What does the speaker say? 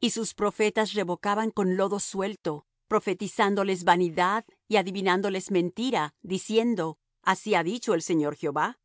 y sus profetas revocaban con lodo suelto profetizándoles vanidad y adivinándoles mentira diciendo así ha dicho el señor jehová